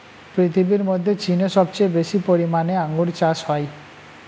পৃথিবীর মধ্যে চীনে সবচেয়ে বেশি পরিমাণে আঙ্গুর চাষ হয়